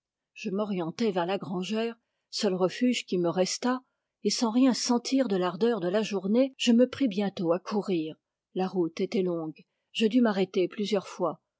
je m'orientai vers la grangère seul refuge qui me restât et sans rien sentir de l'ardeur de la journée je me pris bientôt à courir la route était longue je dus m'arrê ter plusieurs fois